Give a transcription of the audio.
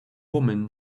woman